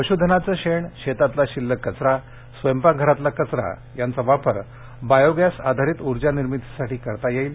पश्धनाचं शेण शेतातला शिल्लक कचरा स्वयंपाकघरातला कचरा यांचा वापर बायोगॅसआधारित ऊर्जा निर्मितीसाठी करता येईल